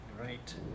right